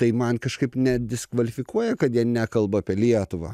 tai man kažkaip nediskvalifikuoja kad jie nekalba apie lietuvą